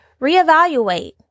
reevaluate